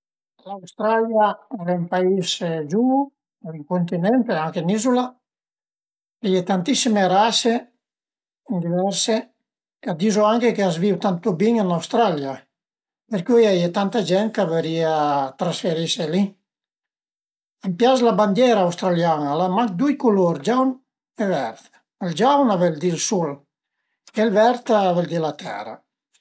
Ma a m'enteresa pöi pa vaire viagé ën lë spasi perché ses fora dë l'atmusfera, vëdde gnanca pi la tera, vëdde pa i auti pianeti perché comuncue a sun lögn, cuindi sai pa lon che vëdde, vëdde ël niente cuindi preferisu avei i pe për tera e viagé ëndua i vivu ancura ëncöi